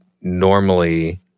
normally